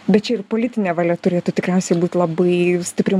bet čia ir politinė valia turėtų tikriausiai būt labai stipri